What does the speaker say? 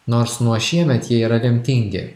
nors nuo šiemet jie yra lemtingi